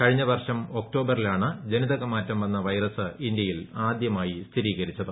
കഴിഞ്ഞ വർഷം ഒക്ടോബറിലാണ് ജനിതക മാറ്റം വന്ന വൈറസ് ഇന്ത്യയിൽ ആദ്യമായി സ്ഥിരീകരിച്ചത്